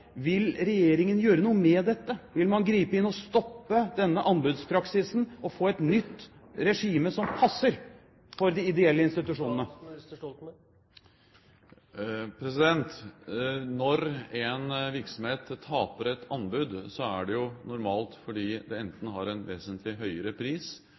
Vil regjeringen gjøre noe med dette? Vil man gripe inn og stoppe denne anbudspraksisen og få et nytt regime som passer for de ideelle institusjonene? Når en virksomhet taper et anbud, er det normalt fordi man enten har en vesentlig høyere pris